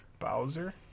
bowser